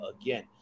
again